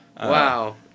Wow